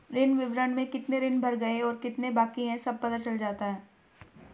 ऋण विवरण में कितने ऋण भर गए और कितने बाकि है सब पता चल जाता है